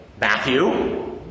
Matthew